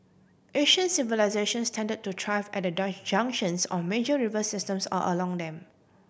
ancient civilisations tend to thrive at the junctions of major river systems or along them